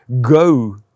go